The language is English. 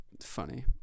Funny